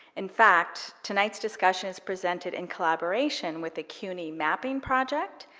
in fact, tonight's discussion is presented in collaboration with the cuny mapping project,